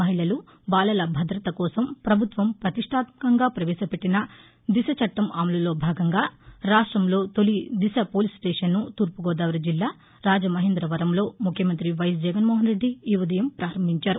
మహిళలు బాలల భద్రత కోసం పభుత్వం పతిష్టాత్మకంగా పవేశపెట్టిన దిశో చట్టం అమలులో భాగంగా రాష్టంలో తొలి దిశ పోలీస్ స్టేషన్ను తూర్పు గోదావరి జిల్లా రాజమహేంద్రపరంలో ముఖ్యమంత్రి వైఎస్ జగన్మోహన్ రెడ్డి ఈ ఉదయం ప్రారంభించారు